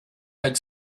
had